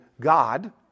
God